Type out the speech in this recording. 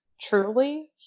truly